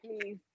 please